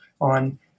on